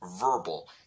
Verbal